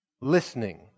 listening